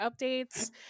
updates